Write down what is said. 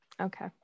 Okay